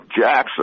Jackson